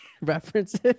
references